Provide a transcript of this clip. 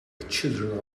children